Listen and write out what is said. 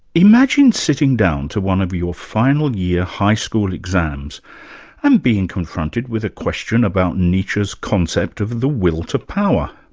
imagine sitting down to one of your final year high school exams and being confronted with a question about nietzsche's concept of the will to power.